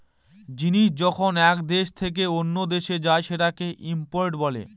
জিনিস যখন এক দেশ থেকে অন্য দেশে যায় সেটাকে ইম্পোর্ট বলে